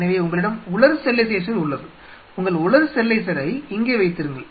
எனவே உங்களிடம் உலர் ஸ்டெரிலைசர் உள்ளது உங்கள் உலர் ஸ்டெரிலைசரை இங்கே வைத்திருங்கள்